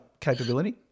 capability